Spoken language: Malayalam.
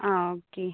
ആ ഓക്കെ